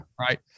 Right